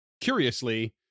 curiously